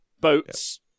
Boats